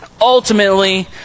ultimately